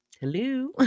hello